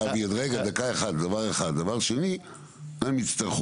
בדיונים יש לך